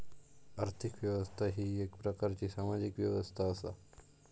आर्थिक व्यवस्था ही येक प्रकारची सामाजिक व्यवस्था असा